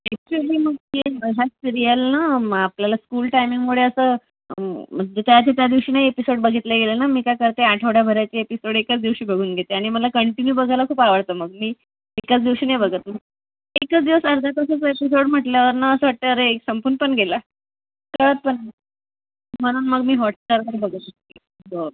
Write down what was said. actually मग हे ह्या सिरीयल ना आपल्याला स्कूल टायमिंगमुळे असं म्ह म्हणजे त्या दिवशी ज्या दिवशी नाही एपिसोड बघितले गेले ना मी काय करते आठवड्याभराचे एपिसोड एकाच दिवशी बघून घेते आणि मला कंटिन्यू बघायला खूप आवडतं मग मी एकाच दिवशी नाही बघत मी एकाच दिवस अर्ध्या तासाचा एपिसोड म्हटल्यावर ना असं वाटतं अरे संपून पण गेला तर पण म्हणून मग मी हॉटस्टार बघत असते बघ